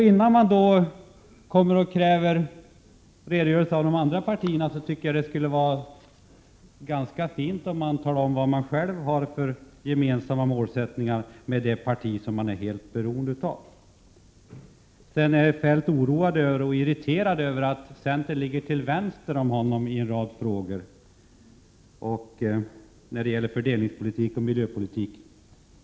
Innan man kräver en redogörelse av de andra partierna skulle det vara ganska fint om man talade om vad man själv har för målsättningar gemensamt med det parti som man är helt beroende av. Kjell-Olof Feldt är oroad och irriterad över att centern ligger till vänster om honom i en rad frågor när det gäller fördelningspolitik och miljöpolitik.